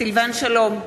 סילבן שלום,